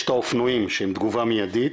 יש את האופנועים שהם תגובה מיידית,